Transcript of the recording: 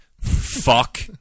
Fuck